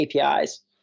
APIs